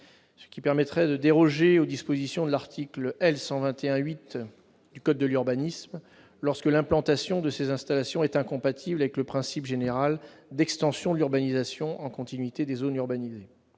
qui permet de déroger aux dispositions de l'article L. 121-8 du code de l'urbanisme lorsque l'implantation de ces installations est incompatible avec le principe général d'extension de l'urbanisation en continuité des zones urbanisées.